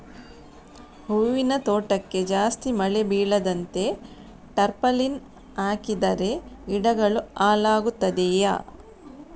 ಹೂವಿನ ತೋಟಕ್ಕೆ ಜಾಸ್ತಿ ಮಳೆ ಬೀಳದಂತೆ ಟಾರ್ಪಾಲಿನ್ ಹಾಕಿದರೆ ಗಿಡಗಳು ಹಾಳಾಗುತ್ತದೆಯಾ?